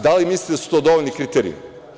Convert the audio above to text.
Da li mislite da su to dovoljni kriterijumi?